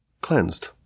cleansed